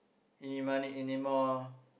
Eeny meeney miny moe